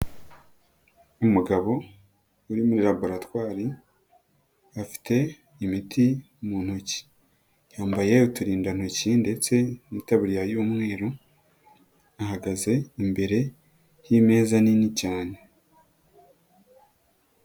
Umugabo uri muri laboratwari afite imiti mu ntoki, yambaye uturindantoki ndetse n'itaburiya y'umweru ahagaze imbere y'imeza nini cyane.